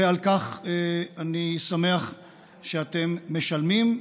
ועל כך אני שמח שאתם משלמים.